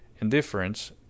indifference